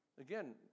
Again